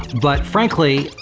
but frankly,